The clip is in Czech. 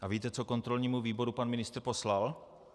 A víte, co kontrolnímu výboru pan ministr poslal?